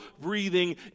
breathing